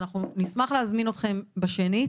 אנחנו נשמח להזמין אתכם בשנית,